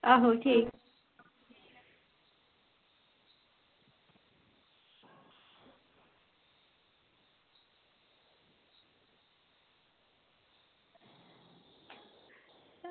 आहो ठीक